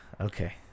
okay